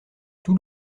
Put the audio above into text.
tout